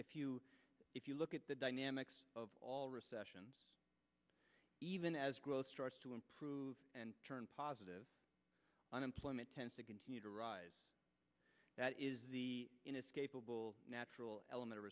if you if you look at the dynamics of all recessions even as growth starts to improve and turn positive unemployment tends to continue to rise that is the natural element of